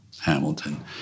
Hamilton